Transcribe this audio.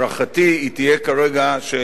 אבל להערכתי היא תהיה כרגע שאלה